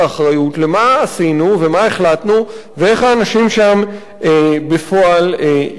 למה עשינו ומה החלטנו ואיך האנשים שם בפועל יחיו.